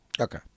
Okay